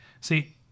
See